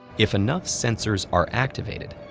if enough sensors are activated,